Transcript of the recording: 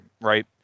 right